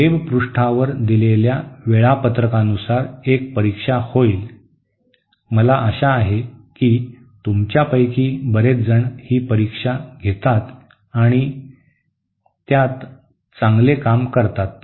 web पृष्ठावर दिलेल्या वेळापत्रकानुसार एक परीक्षा होईल मला आशा आहे की तुमच्यापैकी बरेचजण ही परीक्षा घेतात आणि अं मध्ये चांगले काम करतात